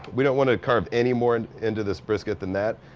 we don't want to carve any more and into this brisket than that.